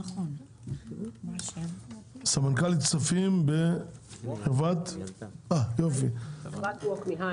יינון, סמנכ"לית כספים בחברת ווקמי.